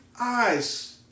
eyes